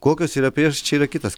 kokios yra priežastys čia yra kitas